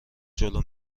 جلو